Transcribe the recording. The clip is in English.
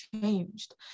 changed